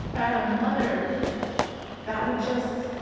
i had a mother that would just